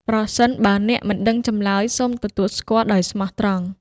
ប្រសិនបើអ្នកមិនដឹងចម្លើយ សូមទទួលស្គាល់ដោយស្មោះត្រង់។